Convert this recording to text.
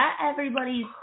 everybody's